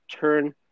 turn